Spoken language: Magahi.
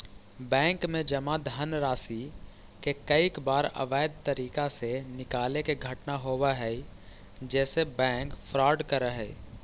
बैंक में जमा धनराशि के कईक बार अवैध तरीका से निकाले के घटना होवऽ हइ जेसे बैंक फ्रॉड करऽ हइ